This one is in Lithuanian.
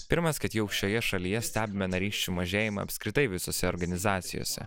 pirmas kad jau šioje šalyje stebime narysčių mažėjimą apskritai visose organizacijose